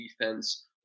defense